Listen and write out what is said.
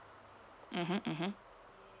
mmhmm mmhmm